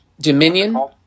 Dominion